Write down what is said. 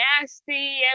nasty